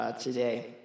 today